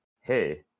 hey